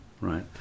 right